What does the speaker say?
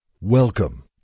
Welcome